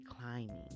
climbing